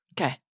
Okay